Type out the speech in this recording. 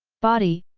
body,